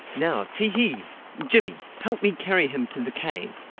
now, ti-hi! jimmy! help me carry him to the cave.